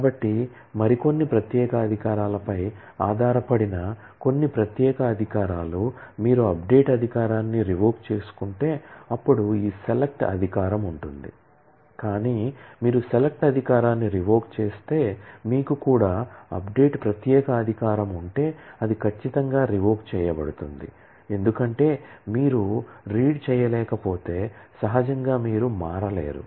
కాబట్టి మరికొన్ని ప్రత్యేక అధికారాలపై ఆధారపడిన కొన్ని ప్రత్యేక అధికారాలు మీరు అప్డేట్ చేయలేకపోతే సహజంగా మీరు మారలేరు